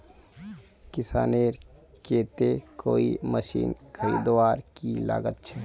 किसानेर केते कोई मशीन खरीदवार की लागत छे?